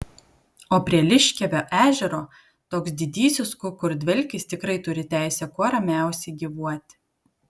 o prie liškiavio ežero toks didysis kukurdvelkis tikrai turi teisę kuo ramiausiai gyvuoti